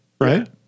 Right